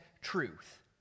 truth